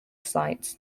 sites